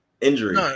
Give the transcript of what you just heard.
injury